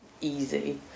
easy